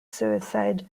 suicide